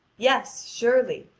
yes, surely,